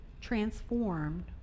transformed